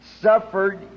suffered